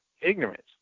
ignorance